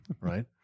right